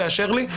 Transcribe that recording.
תאשר לי.